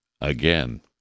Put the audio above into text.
again